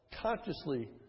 consciously